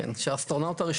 ניר אנגרט,